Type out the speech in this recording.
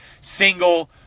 single